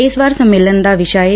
ਇਸ ਵਾਰ ਸੰਮੇਲਨ ਦਾ ਵਿਸ਼ਾ ਏ